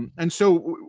and so